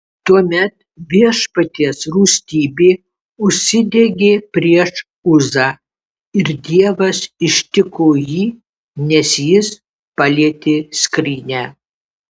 tuomet viešpaties rūstybė užsidegė prieš uzą ir dievas ištiko jį nes jis palietė skrynią